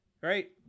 Right